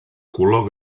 color